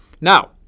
Now